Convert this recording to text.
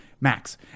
max